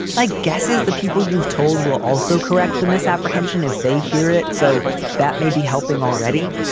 my guess is the people you've told will also correct the misapprehension if they hear it. so that may be helping already.